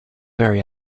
very